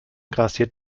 grassiert